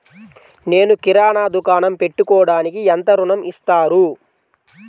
నేను కిరాణా దుకాణం పెట్టుకోడానికి ఎంత ఋణం ఇస్తారు?